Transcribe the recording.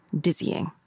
dizzying